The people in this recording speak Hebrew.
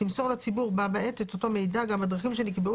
תמסור לציבור בה בעת את אותו מידע גם בדרכים שנקבעו